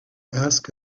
ask